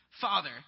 father